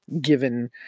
given